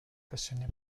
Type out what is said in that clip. passionnée